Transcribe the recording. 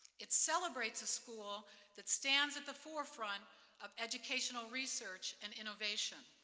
it celebrates a school that stands at the forefront of educational research and innovation,